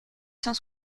cent